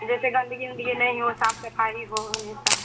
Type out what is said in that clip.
जैसे गंदगी उंदगी नही हो साफ सफाई हो ये सब